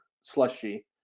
slushy